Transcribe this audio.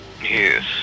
Yes